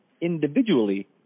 individually